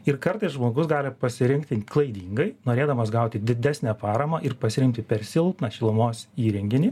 ir kartais žmogus gali pasirinkti klaidingai norėdamas gauti didesnę paramą ir pasirinkti per silpną šilumos įrenginį